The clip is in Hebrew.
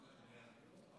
אתה רוצה שאני אסביר לך?